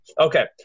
okay